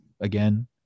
again